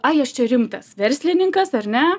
ai aš čia rimtas verslininkas ar ne